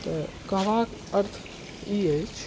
तऽ कहबाक अर्थ ई अछि